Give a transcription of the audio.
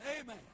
Amen